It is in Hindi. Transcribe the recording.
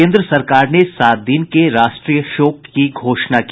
केंद्र सरकार ने सात दिन के राष्ट्रीय शोक की घोषणा की